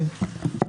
בבקשה.